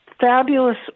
fabulous